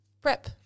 prep